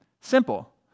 Simple